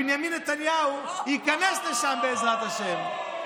בנימין נתניהו ייכנס לשם, בעזרת השם.